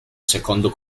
secondo